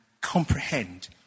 comprehend